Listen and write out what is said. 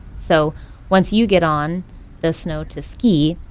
so once you get on the snow to ski,